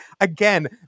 again